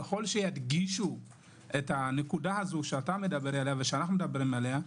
ככל שידגישו את הנקודה הזו שאתה ושאנחנו מדברים עליה,